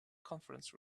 conference